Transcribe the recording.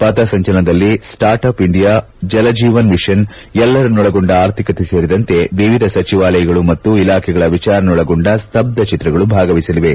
ಪಥ ಸಂಚಲನದಲ್ಲಿ start up India Jal Jeevan mission ಎಲ್ಲರನ್ನೊಳಗೊಂಡ ಆರ್ಥಿಕತೆ ಸೇರಿದಂತೆ ವಿವಿಧ ಸಚಿವಾಲಯಗಳು ಮತ್ತು ಇಲಾಖೆಗಳ ವಿಚಾರಗಳನ್ನೊಳಗೊಂಡ ಸ್ತಬ್ದ ಚಿತ್ರಗಳು ಭಾಗವಹಿಸಲಿವೆ